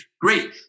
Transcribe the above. great